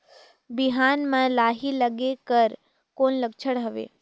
बिहान म लाही लगेक कर कौन लक्षण हवे?